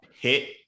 hit